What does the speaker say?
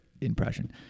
impression